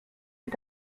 est